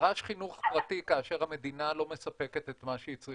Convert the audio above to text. נדרש חינוך פרטי כאשר המדינה לא מספקת את מה שהיא צריכה לספק.